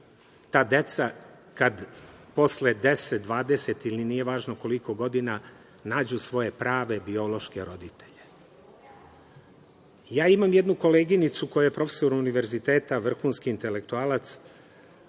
ta deca kad posle 10, 20 ili nije važno koliko godina nađu svoje prave biološke roditelje. Ja imam jednu koleginicu koja je profesor univerziteta, vrhunski intelektualac,